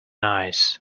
eyes